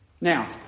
Now